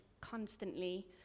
constantly